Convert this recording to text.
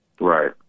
Right